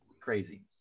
crazy